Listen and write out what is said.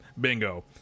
bingo